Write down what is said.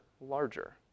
larger